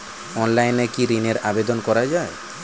অনলাইনে কি ঋনের আবেদন করা যায়?